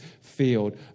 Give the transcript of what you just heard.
field